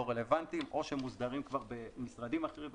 רלוונטיים או שכבר מוסדרים במשרדים אחרים וכדומה.